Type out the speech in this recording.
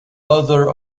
other